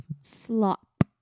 Slop